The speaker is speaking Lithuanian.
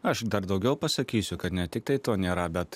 aš dar daugiau pasakysiu kad ne tiktai to nėra bet